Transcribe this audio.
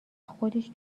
خودش